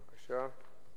בבקשה.